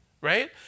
right